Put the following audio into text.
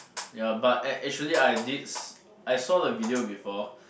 ya but act~ actually I did s~ I saw the video before